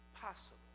possible